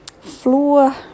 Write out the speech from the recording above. floor